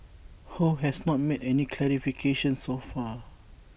ho has not made any clarifications so far